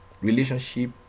Relationship